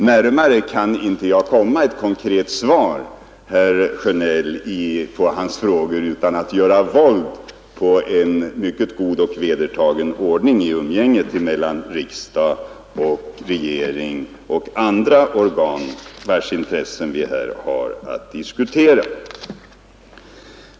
Närmare kan jag inte komma ett konkret svar på herr Sjönells frågor utan att göra våld på en mycket god och vedertagen ordning i umgänget mellan riksdag och regering och andra organ, vilkas intressen vi här har att diskutera.